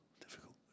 difficult